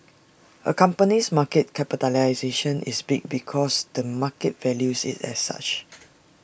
A company's market capitalisation is big because the market values IT as such